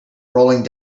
rolling